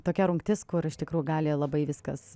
tokia rungtis kur iš tikrųjų gali labai viskas